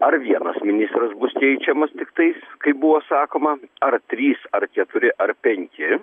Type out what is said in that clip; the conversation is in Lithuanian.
ar vienas ministras bus keičiamas tiktais kaip buvo sakoma ar trys ar keturi ar penki